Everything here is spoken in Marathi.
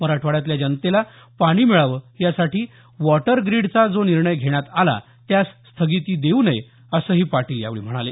मराठवाड्यातल्या जनतेला पाणी मिळावं यासाठी वॉटर ग्रीडचा जो निर्णय घेण्यात आला त्यास स्थगिती देऊ नये असंही पाटील यावेळी म्हणाले